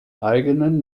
eigenen